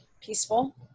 Peaceful